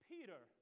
Peter